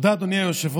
תודה, אדוני היושב-ראש.